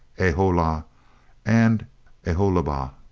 aholah and aholibah!